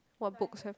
what books have